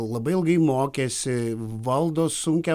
labai ilgai mokėsi valdo sunkią